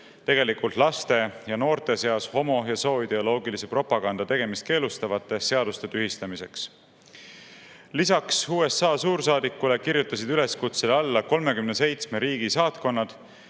tegelikult laste ja noorte seas homo‑ ja sooideoloogilise propaganda tegemist keelustavate seaduste tühistamiseks. Lisaks USA suursaadikule kirjutasid üleskutsele alla 37 riigi saatkonnad